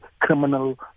criminal